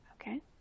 Okay